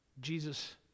Jesus